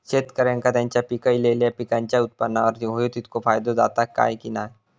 शेतकऱ्यांका त्यांचा पिकयलेल्या पीकांच्या उत्पन्नार होयो तितको फायदो जाता काय की नाय?